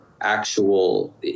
actual